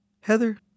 Heather